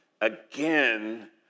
again